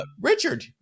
Richard